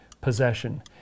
possession